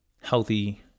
healthy